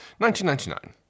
1999